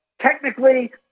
technically